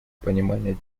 понимание